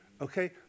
Okay